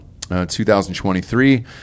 2023